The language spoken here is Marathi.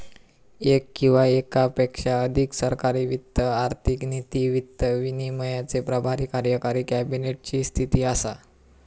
येक किंवा येकापेक्षा अधिक सरकारी वित्त आर्थिक नीती, वित्त विनियमाचे प्रभारी कार्यकारी कॅबिनेट ची स्थिती असा